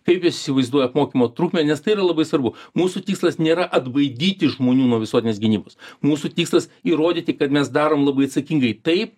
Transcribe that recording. kaip jos įsivaizduoja apmokymo trukmę nes tai yra labai svarbu mūsų tikslas nėra atbaidyti žmonių nuo visuotinės gynybos mūsų tikslas įrodyti kad mes darom labai atsakingai taip